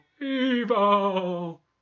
Evil